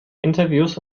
interviews